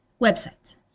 Websites